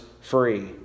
free